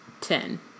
ten